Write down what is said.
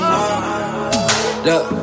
Look